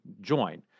join